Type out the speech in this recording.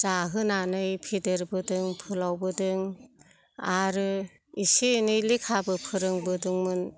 जाहोनानै फेदेरबोदों फोलावबोदों आरो एसे एनै लेखाबो फोरोंबोदोंमोन